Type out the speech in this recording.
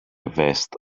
vest